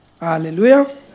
Hallelujah